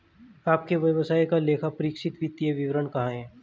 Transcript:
आपके व्यवसाय का लेखापरीक्षित वित्तीय विवरण कहाँ है?